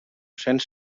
cents